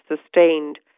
sustained